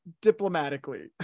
diplomatically